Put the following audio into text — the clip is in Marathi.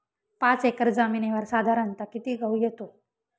पाच एकर जमिनीवर साधारणत: किती गहू येतो?